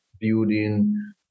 building